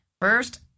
First